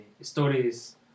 stories